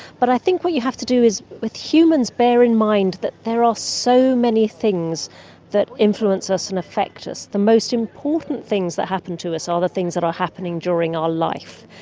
but i think what you have to do is with humans bear in mind that there are so many things that influence us and affect us. the most important things that happen to us are the things that are happening during our life,